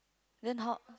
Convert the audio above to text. then how